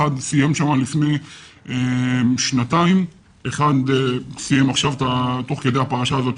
אחד סיים שם לפני שנתיים ואחד סיים עכשיו תוך כי הפרשה הזאת,